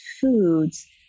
foods